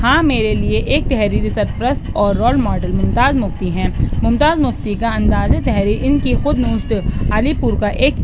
ہاں میرے لیے ایک تحریری سرپرست اور رول ماڈل ممتاز مفتی ہیں مفتاز مفتی کا اندازِ تحریر ان کی خود نوشت علی پور کا ایک